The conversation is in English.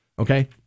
Okay